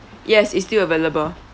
yes it's still available